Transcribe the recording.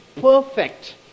perfect